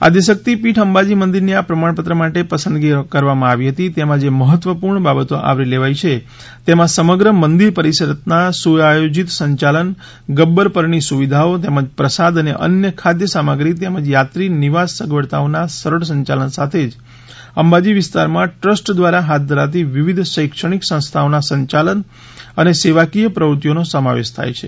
આદ્યશકિત પીઠ અંબાજી મંદિરની આ પ્રમાણપત્ર માટે પસંદગી કરવામાં આવી તેમાં જે મહત્વપૂર્ણ બાબતો આવરી લેવાઇ છે તેમાં સમગ્ર મંદિર પરિસરના સુઆયોજિત સંચાલન ગબ્બર પરની સુવિધાઓ તેમજ પ્રસાદ અને અન્ય ખાદ્ય સામગ્રી તેમજ યાત્રી નિવાસ સગવડતાઓના સરળ સંચાલન સાથે જ અંબાજી વિસ્તારમાં ટ્રસ્ટ દ્વારા હાથ ધરાતી વિવિધ શૈક્ષણિક સંસ્થાઓના સંચાલન અને સેવાકીય પ્રવૃત્તિઓનો સમાવેશ થાય છે